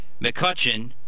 McCutcheon